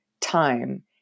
time